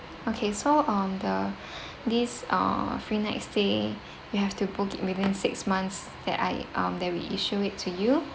okay so um the these uh free night stay you have to book within six months that I um that we issue it to you